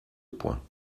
point